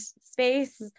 space